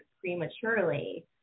prematurely